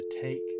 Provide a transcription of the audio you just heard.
take